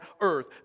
earth